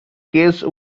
case